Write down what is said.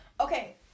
Okay